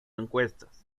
encuestas